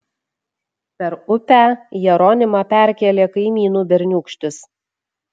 per upę jeronimą perkėlė kaimynų berniūkštis